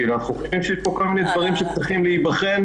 כי אנחנו חושבים שיש פה כל מיני דברים שצריכים להיבחן